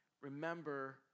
remember